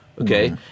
okay